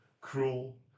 cruel